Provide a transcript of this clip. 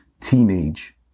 Teenage